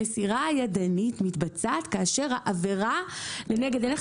המסירה הידנית מתבצעת כאשר העבירה לנגד עיניך